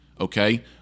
okay